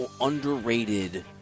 underrated